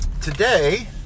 today